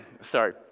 Sorry